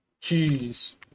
Cheese